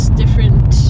different